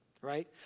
right